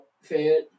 fed